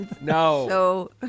No